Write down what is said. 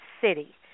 city